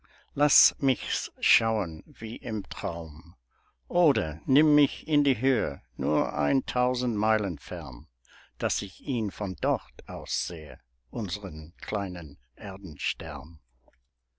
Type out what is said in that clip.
laß mich's schauen wie im traum oder nimm mich in die höhe nur ein tausend meilen fern daß ich ihn von dort aus sehe unsern kleinen